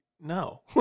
no